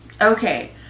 Okay